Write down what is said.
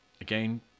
again